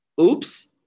Oops